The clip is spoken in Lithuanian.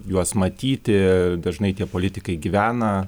juos matyti dažnai tie politikai gyvena